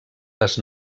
les